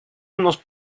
unos